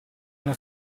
una